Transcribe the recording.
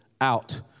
out